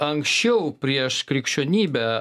anksčiau prieš krikščionybę